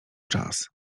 czas